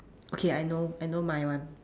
okay I know I know my one